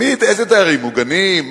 איזה דיירים מוגנים?